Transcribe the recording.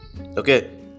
okay